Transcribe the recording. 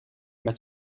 met